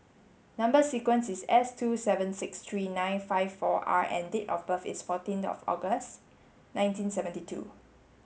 number sequence is S two seven six three nine five four R and date of birth is fourteenth of August nineteen seventy two